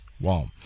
Wow